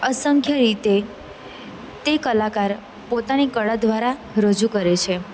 અસંખ્ય રીતે તે કલાકાર પોતાની કળા દ્વારા રજૂ કરે છે